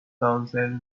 counsel